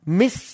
miss